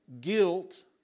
guilt